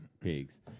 pigs